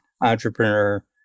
entrepreneur